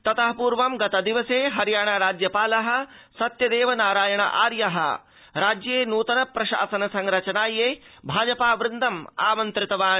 ततः पूर्व गतदिवसे हरियाणा राज्यपालः सत्यदेव नारायण आर्य राज्ये नूतन प्रशासन संरचनायै भाजपा वृन्दम् आमन्त्रितवान्